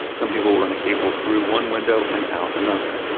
some people run a cable through one window and out another,